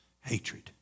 hatred